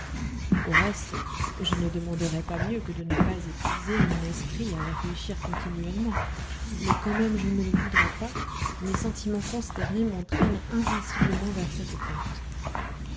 au reste je ne demanderais pas mieux que de ne pas épuiser mon esprit à réfléchir continuellement mais quand même je ne le voudrais pas mes sentiments consternés m'entraînent invinciblement vers cette pente